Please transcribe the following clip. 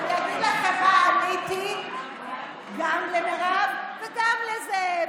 אגיד לכם מה עניתי גם למירב וגם לזאב.